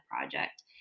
project